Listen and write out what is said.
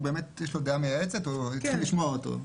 יש לו דעה מייעצת וצריכים לשמוע אותו.